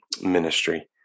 ministry